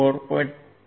16V છે